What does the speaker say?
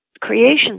creation